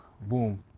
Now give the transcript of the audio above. boom